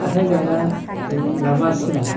हाथाय जाग्रा लामासिम